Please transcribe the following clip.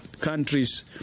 countries